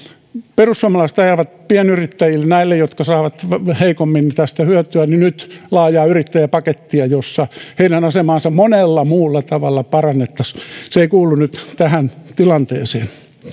perussuomalaiset ajavat pienyrittäjille näille jotka saavat heikommin tästä hyötyä nyt laajaa yrittäjäpakettia jossa heidän asemaansa monella muulla tavalla parannettaisiin se ei kuulu nyt tähän tilanteeseen